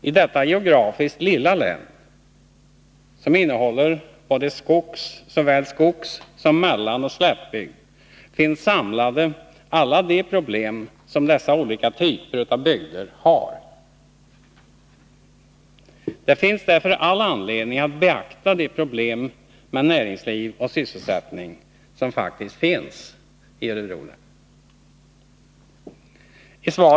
I detta geografiskt lilla län, som innehåller såväl skogssom mellanoch slättbygd, finns samlade alla de problem som dessa olika typer av bygder har. Det finns därför all anledning att beakta de problem med näringsliv och sysselsättning som faktiskt finns i Örebro län.